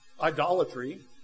idolatry